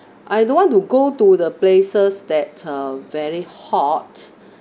I don't want to go to the places that uh very hot